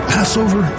Passover